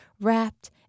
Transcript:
wrapped